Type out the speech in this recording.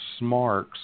smarks